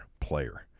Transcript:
player